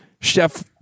Chef